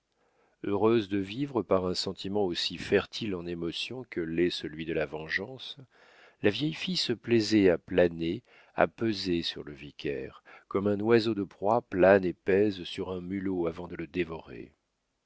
heureuse de vivre par un sentiment aussi fertile en émotions que l'est celui de la vengeance la vieille fille se plaisait à planer à peser sur le vicaire comme un oiseau de proie plane et pèse sur un mulot avant de le dévorer